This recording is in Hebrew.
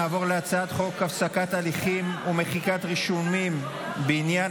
נעבור להצעת חוק הפסקת הליכים ומחיקת רישומים בעניין